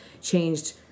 changed